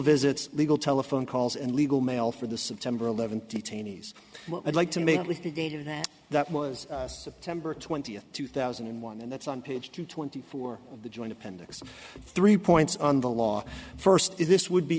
visits legal telephone calls and legal mail for the september eleventh detainees i'd like to make litigated that that was september twentieth two thousand and one and that's on page two twenty four of the joint appendix three points on the law first if this would be